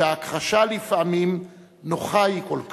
שההכחשה לפעמים נוחה היא כל כך.